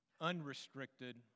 unrestricted